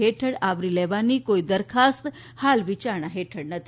હેઠળ આવરી લેવાની કોઇ દરખાસ્ત હાલ વિચારણા હેઠળ નથી